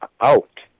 out